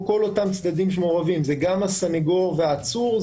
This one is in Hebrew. כל הצדדים שמעורבים גם הסנגור והעצור,